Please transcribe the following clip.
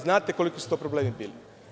Znate koliki su to problemi bili.